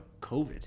COVID